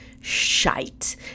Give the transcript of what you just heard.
shite